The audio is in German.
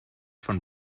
von